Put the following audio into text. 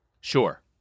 Sure